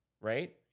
right